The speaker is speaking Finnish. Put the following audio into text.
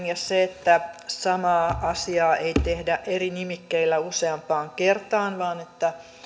ja sitä että samaa asiaa ei tehdä eri nimikkeillä useampaan kertaan vaan että